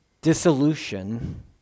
dissolution